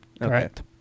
Correct